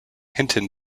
hinton